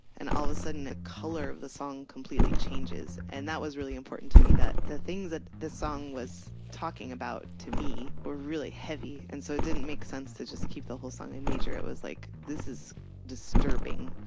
and all of a sudden the color of the song completely changes, and that was really important to me that the things that the song was talking about to me were really heavy and so it didn't make sense to just keep the whole song in major. it was like, this is disturbing.